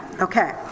Okay